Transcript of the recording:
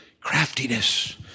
craftiness